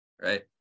right